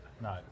No